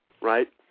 right